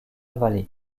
vallée